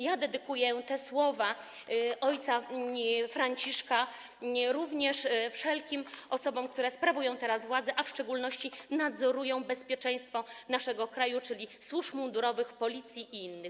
Ja dedykuję te słowa Ojca Franciszka również wszelkim osobom, które sprawują teraz władzę, a w szczególności nadzorują bezpieczeństwo naszego kraju, czyli służbom mundurowym, Policji i innym.